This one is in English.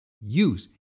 use